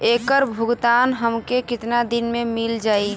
ऐकर भुगतान हमके कितना दिन में मील जाई?